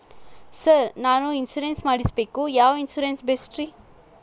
Sir ನಾನು insurance ಮಾಡಿಸಬೇಕು ಯಾವ ಇನ್ಶೂರೆನ್ಸ್ ಬೆಸ್ಟ್ರಿ?